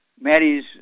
Maddie's